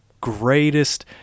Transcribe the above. greatest